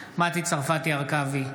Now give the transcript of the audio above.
בהצבעה מטי צרפתי הרכבי,